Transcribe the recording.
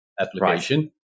application